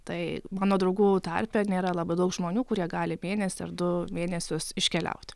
tai mano draugų tarpe nėra labai daug žmonių kurie gali mėnesį ar du mėnesius iškeliaut